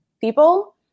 people